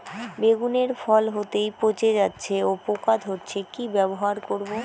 বেগুনের ফল হতেই পচে যাচ্ছে ও পোকা ধরছে কি ব্যবহার করব?